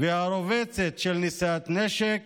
הרובצת של נשיאת נשק